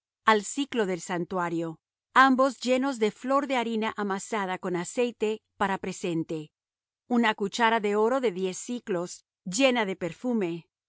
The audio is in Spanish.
al siclo del santuario ambos llenos de flor de harina amasada con aceite para presente una cuchara de oro de diez siclos llena de perfume